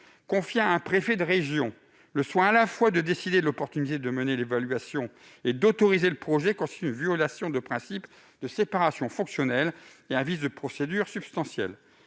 Confier à un préfet de région le soin, à la fois, de décider de l'opportunité de mener l'évaluation et d'autoriser le projet constitue une violation du principe de séparation fonctionnelle et un vice de procédure substantiel.